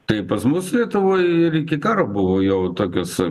tai pas mus lietuvoj ir iki karo buvo jau tokios